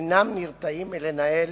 אינם נרתעים מלנהל